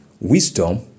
wisdom